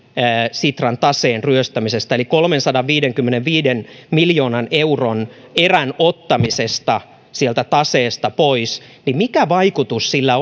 sitran taseen ryöstämisestä eli kolmensadanviidenkymmenenviiden miljoonan euron erän ottamisesta sieltä taseesta pois niin mikä vaikutus sillä